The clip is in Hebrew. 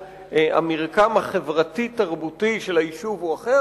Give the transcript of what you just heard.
המרקם החברתי-התרבותי של היישוב הוא אחר,